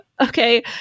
Okay